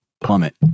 plummet